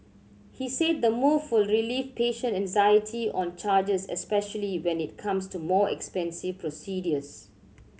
he said the move will relieve patient anxiety on charges especially when it comes to more expensive procedures